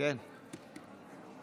כבוד היושב-ראש,